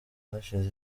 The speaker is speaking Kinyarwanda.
hashize